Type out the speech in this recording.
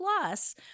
Plus